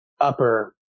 upper